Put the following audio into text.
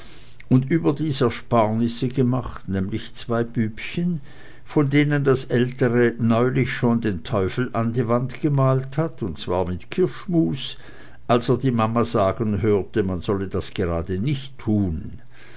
und überdies ersparnisse gemacht nämlich zwei bübchen von denen der ältere neulich schon den teufel an die wand gemalt hat und zwar mit kirschmus als er die mama sagen hörte man solle das gerade nicht tun